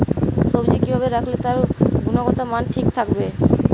সবজি কি ভাবে রাখলে তার গুনগতমান ঠিক থাকবে?